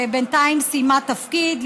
שבינתיים סיימה תפקיד,